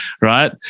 right